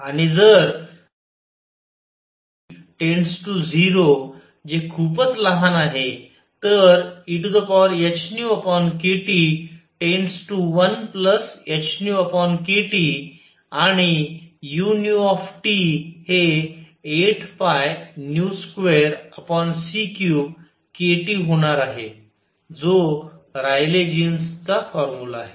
आणि जरT→ 0 जे खूपच लहान आहे तरehνkT→1hνkTआणि u हे8π2c3kT होणार आहे जो रायले जीन्स फॉर्मुला आहे